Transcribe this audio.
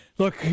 Look